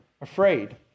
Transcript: afraid